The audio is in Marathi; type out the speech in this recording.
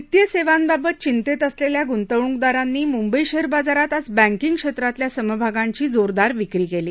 वित्तीय सेवांबाबत चिंतेत असलेल्या गुंतवणूकदारांनी मुंबई शेअर बाजारात आज बँकीग क्षेत्रातल्या समभागांची जोरदार विक्री केली